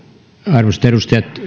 arvoisat edustajat